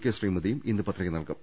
K ശ്രീമതിയും ഇന്ന് പത്രിക നൽകും